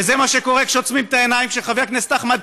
וזה מה שקורה כשעוצמים את העיניים כשחבר הכנסת אחמד